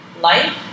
life